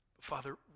Father